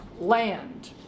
land